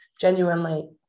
genuinely